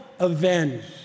avenged